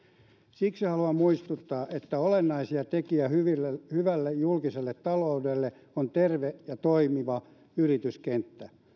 siksi haluan muistuttaa että olennaisin tekijä hyvälle hyvälle julkiselle taloudelle on terve ja toimiva yrityskenttä